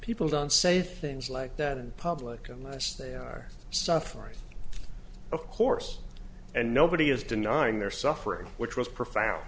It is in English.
people don't say things like that in public unless they are suffering of course and nobody is denying their suffering which was profound